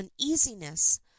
uneasiness